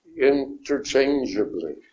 interchangeably